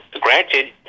granted